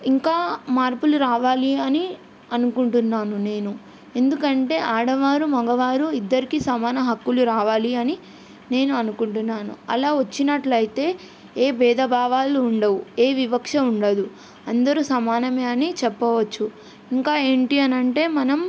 ఇంకా మార్పులు రావాలి అని అనుకుంటున్నాను నేను ఎందుకంటే ఆడవారు మగవారు ఇద్దరికీ సమాన హక్కులు రావాలి అని నేను అనుకుంటున్నాను అలా వచ్చినట్లయితే ఏ భేద భావాలు ఉండవు ఏ వివక్ష ఉండదు అందరూ సమానమే అని చెప్పవచ్చు ఇంకా ఏంటి అనంటే మనం